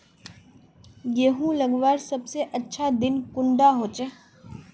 गहुम लगवार सबसे अच्छा दिन कुंडा होचे?